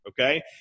Okay